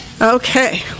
Okay